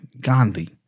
Gandhi